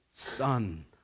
Son